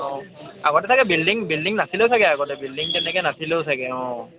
অঁ আগতে তাকে বিল্ডিং বিল্ডিং নাছিলে চাগে আগতে বিল্ডিং তেনেকৈ নাছিলেও চাগে অঁ